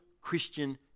Christian